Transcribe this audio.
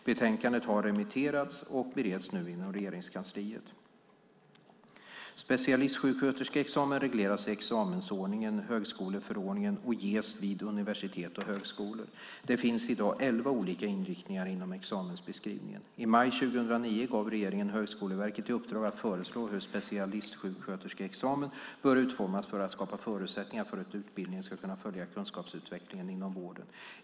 Betänkandet har remitterats och bereds nu inom Regeringskansliet. Specialistsjuksköterskeexamen regleras i examensordningen, bil. 2, och högskoleförordningen och ges vid universitet och högskolor. Det finns i dag elva olika inriktningar inom examensbeskrivningen. I maj 2009 gav regeringen Högskoleverket i uppdrag att föreslå hur specialistsjuksköterskeexamen bör utformas för att skapa förutsättningar för att utbildningen ska kunna följa kunskapsutvecklingen inom vården.